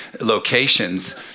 locations